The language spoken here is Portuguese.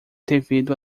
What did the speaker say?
devido